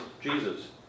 Jesus